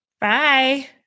Bye